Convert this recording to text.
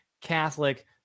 Catholic